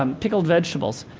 um pickled vegetables,